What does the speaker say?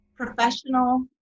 Professional